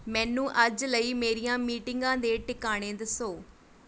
ਮੈਨੂੰ ਅੱਜ ਲਈ ਮੇਰੀਆਂ ਮੀਟਿੰਗਾਂ ਦੇ ਟਿਕਾਣੇ ਦੱਸੋ